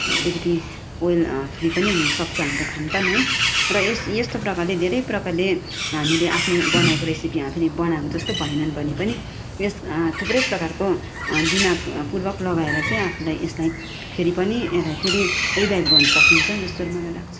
अलिकति oil free पनि हुन सक्छ हाम्रो खानपान है र यस यस्तो प्रकारले धेरै प्रकारले हामीले आफूले बनाएको रेसिपी हामीले बनाएको जस्तो भएन भने पनि यस थुप्रै प्रकारको दिमाकपूर्वक लगाएर चाहिँ आफूलाई यसलाई फेरि पनि यसलाई फेरि रिभाइभ गर्नु सकिन्छ जस्तो मलाई लाग्छ